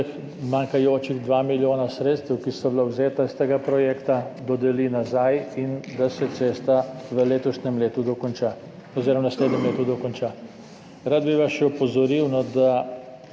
manjkajoča 2 milijona sredstev, ki so bila vzeta s tega projekta, dodeli nazaj in da se cesta v naslednjem letu dokonča. Rad bi vas še opozoril,